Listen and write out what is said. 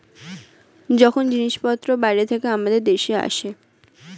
যখন জিনিসপত্র বাইরে থেকে আমাদের দেশে আসে